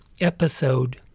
episode